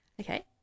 Okay